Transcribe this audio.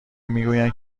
میگویند